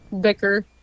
bicker